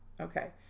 Okay